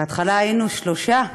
בהתחלה היינו שלושה.